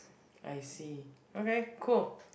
I see okay cool